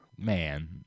Man